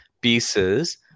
pieces